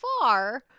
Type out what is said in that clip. far